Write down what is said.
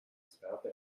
experte